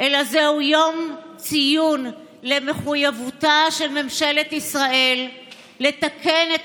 אלא זהו יום לציון מחויבותה של ממשלת ישראל לתקן את